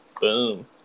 Boom